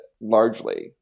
largely